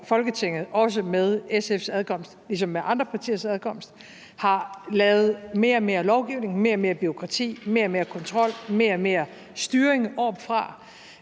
Folketinget, også med SF's adkomst, ligesom med andre partiers adkomst, har lavet mere og mere lovgivning, mere og mere bureaukrati, mere og mere kontrol, mere og mere styring oppefra,